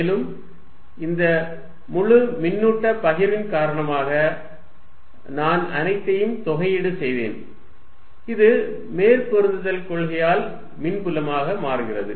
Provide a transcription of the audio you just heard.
மேலும் இந்த முழு மின்னூட்ட பகிர்வின் காரணமாக நான் அனைத்தையும் தொகையீடு செய்தேன் இது மேற்பொருந்தல் கொள்கையால் மின்புலமாக மாறுகிறது